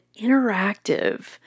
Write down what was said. interactive